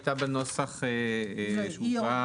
הוועדה הזאת היא בסופו של דבר מייעצת לשר התחבורה.